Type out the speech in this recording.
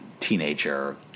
teenager